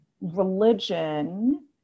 religion